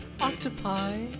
Octopi